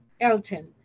Elton